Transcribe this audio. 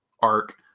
arc